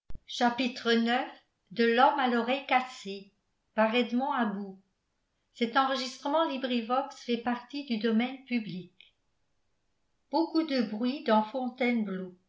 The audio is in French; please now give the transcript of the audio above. ix beaucoup de bruit dans fontainebleau